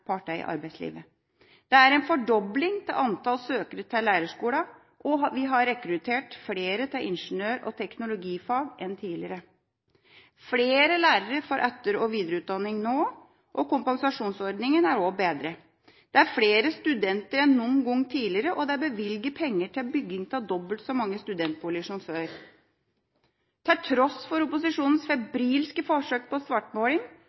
partene i arbeidslivet. Det er en fordobling av antall søkere til lærerskolene, og vi har rekruttert flere til ingeniør- og teknologifag enn tidligere. Flere lærere får etter- og videreutdanning nå, og kompensasjonsordningen er også bedret. Det er flere studenter enn noen gang tidligere, og det er bevilget penger til bygging av dobbelt så mange studentboliger som før. Til tross for opposisjonens febrilske forsøk på